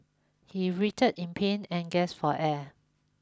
he writhed in pain and gasped for air